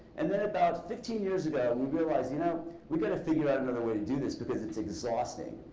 and then about fifteen years ago we realized you know we've got to figure out another way to do this because it's exhausting.